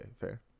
Fair